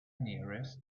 nearest